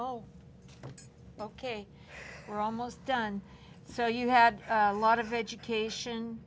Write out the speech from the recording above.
oh ok you're almost done so you had a lot of education